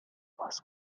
باز